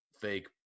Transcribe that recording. fake